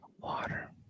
Water